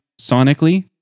sonically